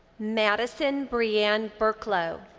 madison breann berklow.